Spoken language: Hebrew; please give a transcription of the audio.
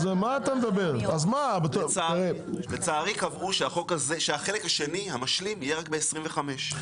לצערי קבעו שהחלק השני, המשלים, יהיה רק ב-2025.